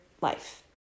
life